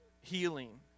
healing